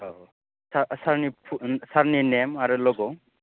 औ सार सारनि फुल नेम आरो लग'